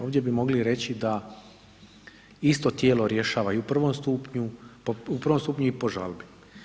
Ovdje bi mogli reći da isto tijelo rješava i u prvom stupnju i po žalbi.